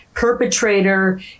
Perpetrator